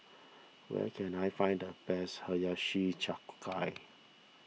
where can I find the best Hiyashi Chuka